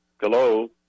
Hello